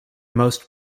most